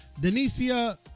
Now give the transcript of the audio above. Denicia